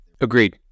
Agreed